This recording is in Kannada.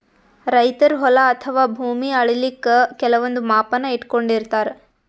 ರೈತರ್ ಹೊಲ ಅಥವಾ ಭೂಮಿ ಅಳಿಲಿಕ್ಕ್ ಕೆಲವಂದ್ ಮಾಪನ ಇಟ್ಕೊಂಡಿರತಾರ್